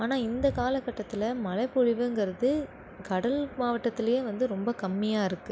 ஆனால் இந்த கால கட்டத்தில் மழை பொழிவுங்கிறது கடல் மாவட்டத்துலையே வந்து ரொம்ப கம்மியாக இருக்கு